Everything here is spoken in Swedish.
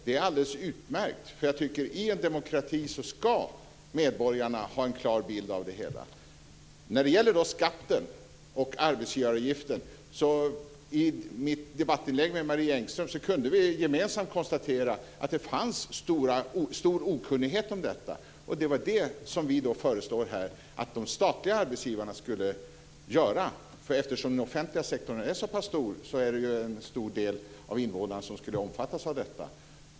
Det är alldeles utmärkt. I en demokrati ska medborgarna ha en klar bild av det hela. I mitt replikskifte med Marie Engström kunde vi gemensamt konstatera att det finns stor okunnighet om skatten och arbetsgivaravgiften. Här föreslår vi att de statliga arbetsgivarna skulle redovisa detta. Eftersom den offentliga sektorn är pass stor, skulle en stor del av invånarna omfattas av detta.